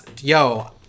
yo